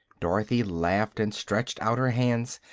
dorothy laughed and stretched out her hands.